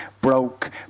broke